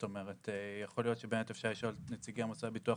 יכול להיות שאפשר לשאול את נציגי הביטוח